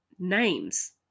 names